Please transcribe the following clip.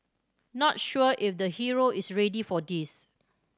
not sure if the hero is ready for this